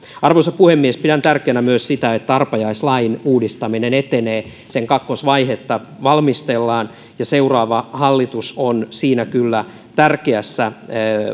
arvoisa puhemies pidän tärkeänä myös sitä että arpajaislain uudistaminen etenee sen kakkosvaihetta valmistellaan seuraava hallitus on siinä kyllä tärkeässä